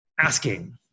asking